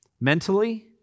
mentally